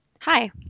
Hi